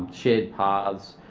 shared paths,